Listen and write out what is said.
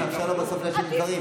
אבל צריך לאפשר לו להשיב על הדברים,